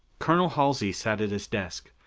colonel halsey sat at his desk.